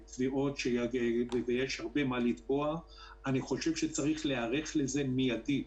אני חושב שצריך להיערך לזה מיידית,